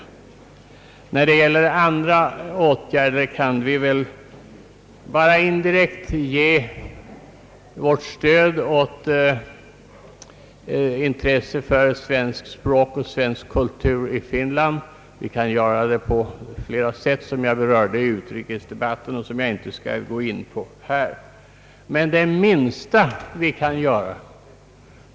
För Övrigt kan vi väl bara indirekt ge vårt stöd åt svenskt språk och svensk kultur i Finland. Vi kan göra det på flera sätt, som jag berörde i utrikesdebatten och som jag inte skall gå in på i dag.